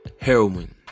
Heroin